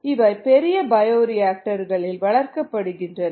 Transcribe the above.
இவை பெரிய பயோரியாக்டர்கள்களில் வளர்க்கப்படுகின்றன